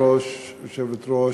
כבוד היושבת-ראש,